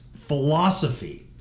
philosophy